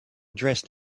dressed